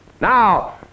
Now